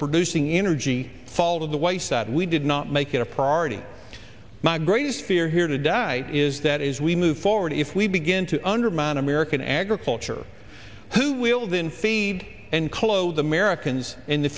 producing energy fall of the white house that we did not make it a priority my greatest fear here to die is that as we move forward if we begin to undermine american agriculture who will then feed and clothe americans in the